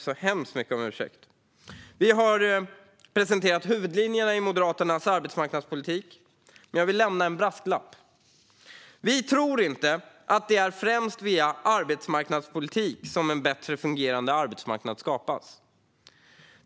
Vi har presenterat huvudlinjerna i Moderaternas arbetsmarknadspolitik, men jag vill lämna en brasklapp. Vi tror inte att det främst är via arbetsmarknadspolitik som en bättre fungerande arbetsmarknad skapas.